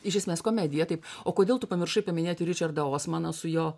iš esmės komedija taip o kodėl tu pamiršai paminėti ričardą osmaną su jo